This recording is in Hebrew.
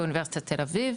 באוניברסיטת תל אביב,